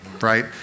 right